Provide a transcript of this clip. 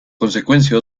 consecuencia